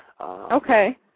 Okay